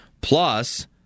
Plus